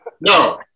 no